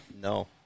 No